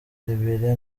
liberia